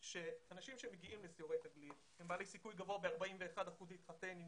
אנשים שמגיעים לסיורי תגלית הם בעלי סיכוי גבוה ב-41 אחוזים להתחתן עם